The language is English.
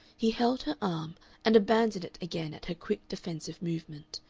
he held her arm and abandoned it again at her quick defensive movement.